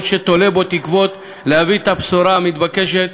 או שתולה בו תקוות שיביא את הבשורה המתבקשת